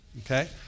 okay